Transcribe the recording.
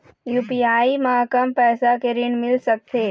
UPI म कम पैसा के ऋण मिल सकथे?